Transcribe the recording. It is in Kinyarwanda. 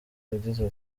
yagize